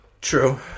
true